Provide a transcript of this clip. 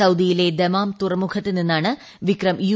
സൌദിയിലെ Dammam തുറമുഖത്ത് നിന്നാണ് Vikram U